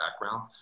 background